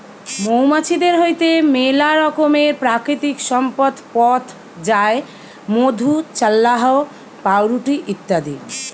মৌমাছিদের হইতে মেলা রকমের প্রাকৃতিক সম্পদ পথ যায় মধু, চাল্লাহ, পাউরুটি ইত্যাদি